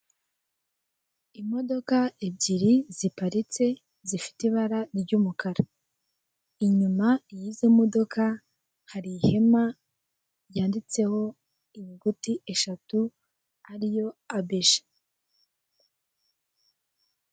Abagabo n'abagore bari mu nama, bateze amatwi umugore uri imbere uri kuvuga ijambo, ufite igikoresho cy'indangururamajwi mu ntoki ze, inyuma ye handitseho amagambo avuga ingingo nyamukuru y'inama, ndetse ashushanyijeho amashusho y'idabopo ry'igihugu cy'u Rwanda.